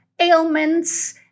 ailments